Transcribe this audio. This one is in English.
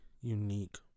unique